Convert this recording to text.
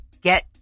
Get